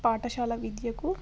పాఠశాల విద్యకు